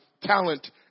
talent